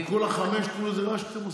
אתם כולה חמישה, איזה רעש אתם עושים.